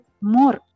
more